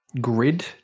grid